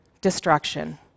destruction